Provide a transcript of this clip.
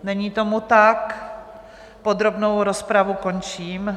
Není tomu tak, podrobnou rozpravu končím.